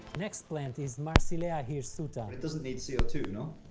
next plant is marsilea hirsuta! it doesn't need c o two, no?